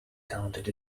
counted